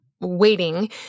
waiting